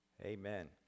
Amen